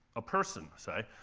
a person say,